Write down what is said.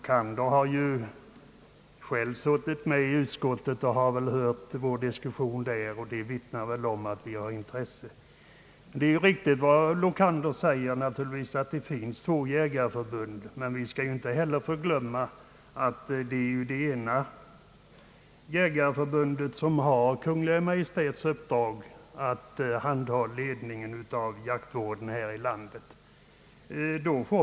Han har själv suttit med i utskottet och hört vår diskussion, och den vittnar väl inte om att vi skulle vara ointresserade. Det är riktigt som herr Lokander säger att det finns två jägarförbund. Men vi skall inte förglömma att det ena jägarförbundet har Kungl. Maj:ts uppdrag att handha ledningen av jaktvården här i landet, och så länge det förhållandet gäller bör vi rätta oss därefter.